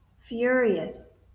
Furious